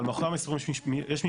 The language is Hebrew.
אבל מאחורי המספרים יש משפחות,